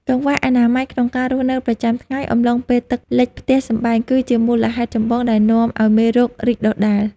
កង្វះអនាម័យក្នុងការរស់នៅប្រចាំថ្ងៃអំឡុងពេលទឹកលិចផ្ទះសម្បែងគឺជាមូលហេតុចម្បងដែលនាំឱ្យមេរោគរីកដុះដាល។